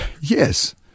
Yes